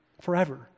Forever